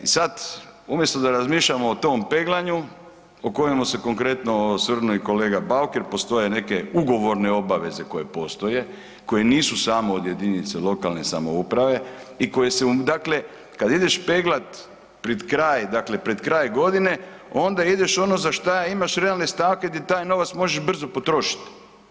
E, i sad umjesto da razmišljamo o tom peglanju o kojemu se konkretno osvrnuo i kolega Bauk jer postoje neke ugovorne obaveze koje postoje, koje nisu samo od jedinice lokalne samouprave i koje se dakle kad ideš peglat pred kraj, dakle pred kraj godine, onda ideš u ono za šta imaš realne stavke di taj novac možeš brzo potrošit.